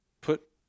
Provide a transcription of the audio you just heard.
put